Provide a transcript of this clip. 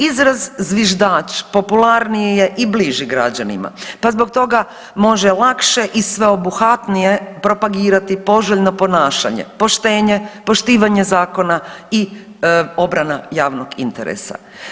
Izraz zviždač popularniji je i bliži građanima pa zbog toga može lakše i sveobuhvatnije propagirati poželjno ponašanje, poštenje, poštivanje zakona i obrana javnog interesa.